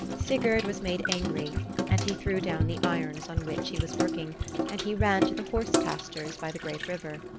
sigurd was made angry and he threw down the irons on which he was working and he ran to the horse-pastures by the great river.